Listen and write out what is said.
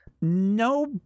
No